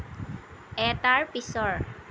এটাৰ পিছৰ